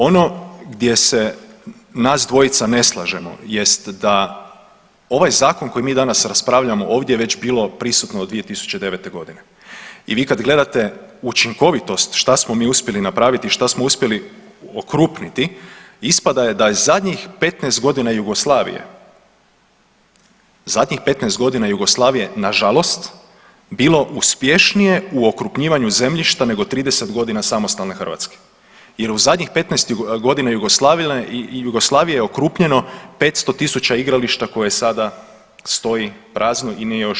Ono gdje se nas dvojica ne slažemo jest da ovaj zakon o kojem mi danas raspravljamo ovdje je već bilo prisutno od 2009.g. i vi kad gledate učinkovitost šta smo mi uspjeli napraviti i šta smo uspjeli okrupniti, ispada da je zadnjih 15 godina Jugoslavije, zadnjih 15 godina Jugoslavije nažalost bilo uspješnije u okrupnjivanju zemljišta nego 30 godina samostalne Hrvatske jer je u zadnjih 15 godina Jugoslavije okrupnjeno 500.000 igrališta koje sada stoji prazno i nije još